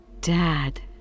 Dad